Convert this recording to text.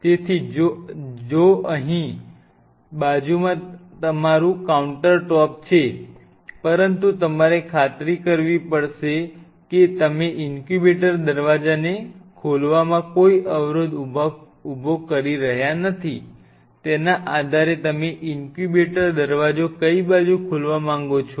તેથી જો અહીં બાજુમાં આ તમારું કાઉન્ટરટોપ છે પરંતુ તમારે ખાતરી કરવી પડશે કે તમે ઇનક્યુબેટર દરવાજાને ખોલવામાં કોઈ અવરોધ ઉભો કરી રહ્યા નથી તેના આધારે તમે ઇન્ક્યુબેટર દરવાજો કઈ બાજુ ખોલવા માંગો છો